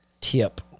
tip